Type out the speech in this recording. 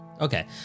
okay